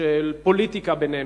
של פוליטיקה בינינו.